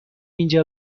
اینجا